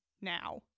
now